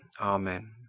Amen